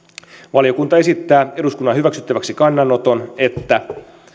valiokunta esittää eduskunnan hyväksyttäväksi kannanoton että